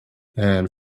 and